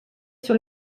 sur